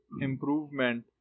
improvement